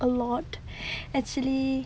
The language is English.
a lot actually